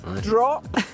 Drop